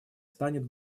станет